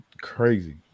crazy